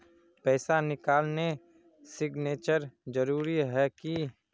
पैसा निकालने सिग्नेचर जरुरी है की?